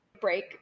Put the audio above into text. break